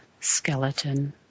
skeleton